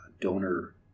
donor